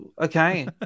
okay